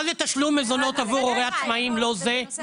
מה זה תשלום מזונות עבור הורה עצמאי אם לא זה?